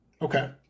Okay